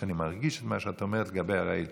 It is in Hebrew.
שאני מרגיש את מה שאת אומרת לגבי הרעיל.